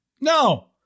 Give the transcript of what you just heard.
No